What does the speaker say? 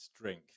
drink